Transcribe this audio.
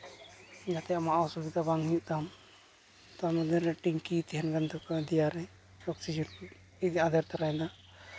ᱡᱟᱛᱮ ᱟᱢᱟᱜ ᱚᱥᱩᱵᱤᱫᱷᱟ ᱵᱟᱝ ᱦᱩᱭᱩᱜ ᱛᱟᱢ ᱛᱟᱨ ᱢᱚᱫᱽᱫᱷᱮᱨᱮ ᱴᱤᱝᱠᱤ ᱛᱟᱦᱮᱱ ᱠᱟᱱ ᱛᱟᱠᱚᱣᱟ ᱫᱮᱭᱟᱨᱮ ᱚᱠᱥᱤᱡᱮᱱ ᱠᱚ ᱟᱫᱮᱨ ᱛᱟᱨᱟᱭᱫᱟ